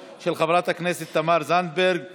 ותועבר לוועדת הכנסת על מנת להחליט לאיזו ועדה להעביר אותה